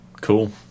Cool